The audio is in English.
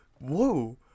Whoa